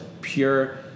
pure